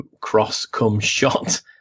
cross-come-shot